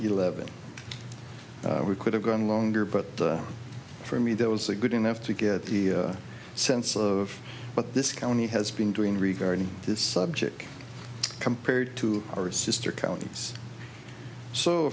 eleven we could have gone longer but for me that was a good enough to get the sense of what this county has been doing regarding this subject compared to our sister counties so